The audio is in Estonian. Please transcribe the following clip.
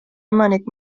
omanik